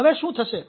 હવે શું થશે